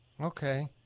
Okay